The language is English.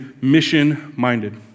mission-minded